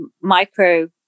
micro